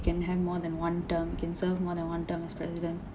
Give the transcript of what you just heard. you can have more than one term can serve more than one term as president